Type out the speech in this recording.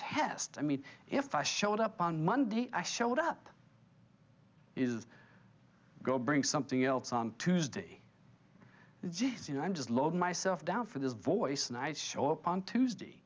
test i mean if i showed up on monday i showed up is go bring something else on tuesday jesus you know i'm just load myself down for this voice and i show up on tuesday